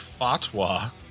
fatwa